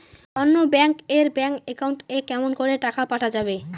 অন্য ব্যাংক এর bank account এ কেমন করে টাকা পাঠা যাবে?